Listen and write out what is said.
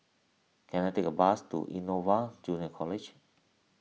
can I take a bus to Innova Junior College